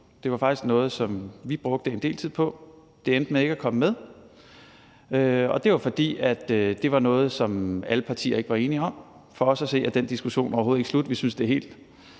det var faktisk noget, som vi brugte en del tid på, men det endte med ikke at komme med, og det var, fordi det var noget, som alle partier ikke var enige om. For os at se er den diskussion overhovedet ikke slut, for vi synes, det er helt